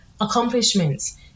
accomplishments